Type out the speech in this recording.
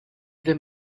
them